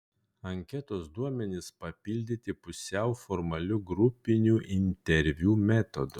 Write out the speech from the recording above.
anketos duomenys papildyti pusiau formalių grupinių interviu metodu